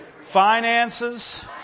finances